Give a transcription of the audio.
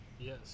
Yes